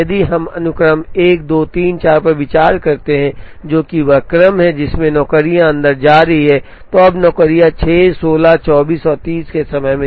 यदि हम अनुक्रम 1 2 3 4 पर विचार करते हैं जो कि वह क्रम है जिसमें नौकरियां अंदर जा रही हैं तो अब नौकरियां 6 16 24 और 30 के समय में निकलती हैं